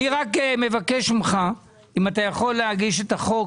אני רק מבקש ממך, אם אתה יכול להגיש את החוק.